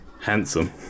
handsome